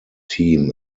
team